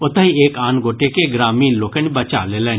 ओतहि एक आन गोटे के ग्रामीण लोकनि बचा लेलनि